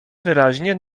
wyraźnie